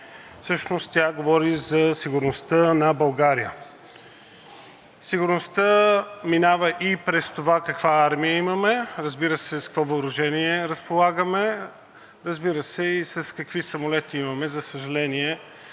Всъщност тя говори за сигурността на България. Сигурността минава и през това каква армия имаме, разбира се, с какво въоръжение разполагаме, разбира се, и какви самолети имаме. За съжаление,